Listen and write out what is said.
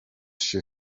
się